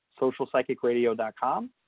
socialpsychicradio.com